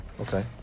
Okay